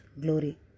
glory